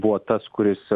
buvo tas kuris